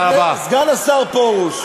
סגן השר פרוש,